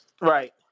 Right